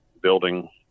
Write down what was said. building